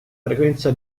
frequenza